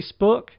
Facebook